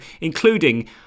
including